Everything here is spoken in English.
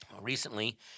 recently